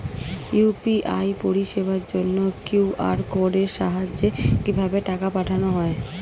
UPI পরিষেবার জন্য QR কোডের সাহায্যে কিভাবে টাকা পাঠানো হয়?